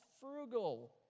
frugal